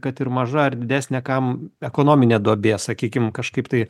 kad ir maža ar didesnė kam ekonominė duobė sakykim kažkaip tai